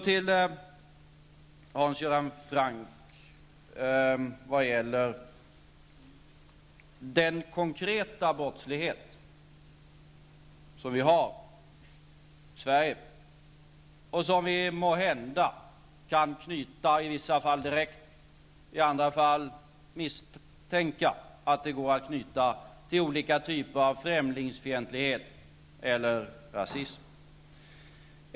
Till Hans Göran Franck vill jag säga att den konkreta brottslighet som vi har i Sverige kan vi måhända i vissa fall knyta direkt till och i vissa fall misstänka att vi kan knyta till olika typer av främlingsfientlighet eller rasism.